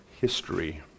history